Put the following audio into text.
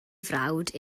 frawd